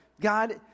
God